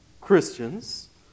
Christians